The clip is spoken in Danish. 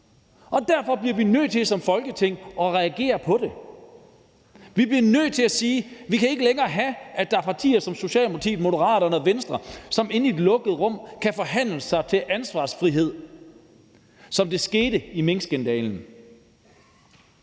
Derfor bliver vi nødt til som Folketing at reagere på det. Vi bliver nødt til at sige, at vi ikke længere kan have, at der er partier som Socialdemokratiet, Moderaterne og Venstre, som inde i et lukket rum kan forhandle sig til ansvarsfrihed, som det skete i minkskandalen.